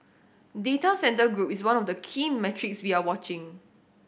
data centre group is one of the key metrics we are watching